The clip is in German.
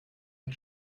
mit